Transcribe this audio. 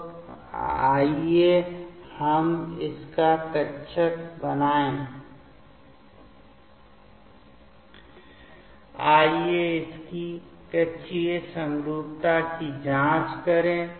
तो आइए हम इसका कक्षक बनाएं आइए इसकी कक्षीय समरूपता की जांच करें